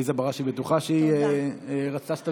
עליזה בראשי בטוחה שהיא רצתה שתמשיכי?